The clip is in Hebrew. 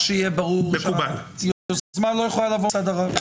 שיהיה ברור שהיוזמה לא יכולה לבוא מצד השר.